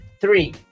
Three